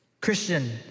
Christian